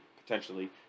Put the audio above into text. potentially